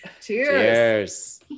cheers